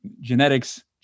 genetics